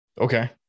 Okay